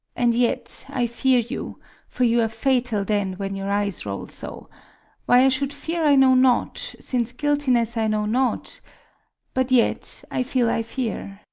and yet i fear you for you are fatal then when your eyes roll so why i should fear i know not, since guiltiness i know not but yet i feel i fear.